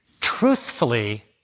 truthfully